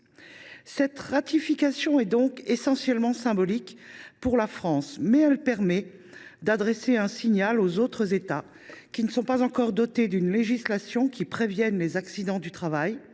Cette ratification est donc essentiellement symbolique pour la France, mais elle permet d’adresser un signal aux autres États qui ne sont pas encore dotés d’une législation qui prévienne les accidents du travail